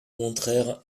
montrèrent